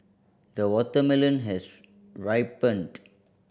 the watermelon has ripened